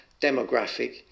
demographic